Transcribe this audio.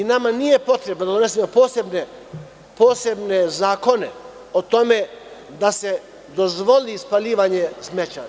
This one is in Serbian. Nama nije potrebno da donesemo posebne zakone o tome da se dozvoli spaljivanje smeća.